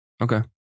Okay